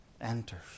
enters